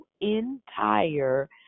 entire